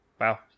Wow